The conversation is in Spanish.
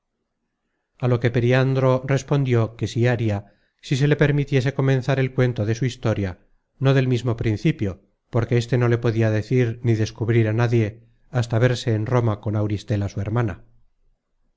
a lo que periandro respondió que sí haria si se le permitiese comenzar el cuento de su historia no del mismo principio porque éste no le podia decir ni descubrir á nadie hasta verse en roma con auristela su hermana